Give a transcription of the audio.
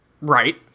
Right